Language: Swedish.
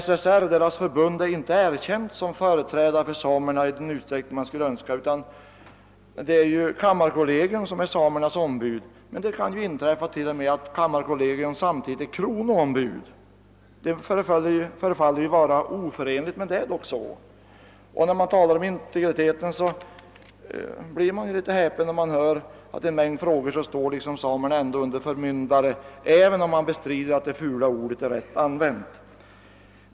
Samernas förbund är inte erkänt som företrädare för samerna i den utsträckning som vore önskvärd, utan det är kammarkollegium som är samernas ombud, trots att det kan inträffa att kammarkollegium samtidigt är kronoombud. De båda uppgifterna förefaller ju oförenliga, men faktum är att sådant förekommer. Vidare blir man litet häpen när man på tal om samernas integritet hör att de i en mängd frågor liksom står under förmyndare — även om man kan bestrida att detta fula ord är rätt använt i sammanhanget.